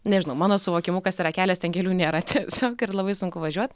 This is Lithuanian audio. nežinau mano suvokimu kas yra kelias ten kelių nėra tiesiog labai sunku važiuot